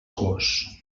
gos